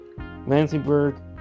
Lansingburg